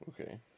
Okay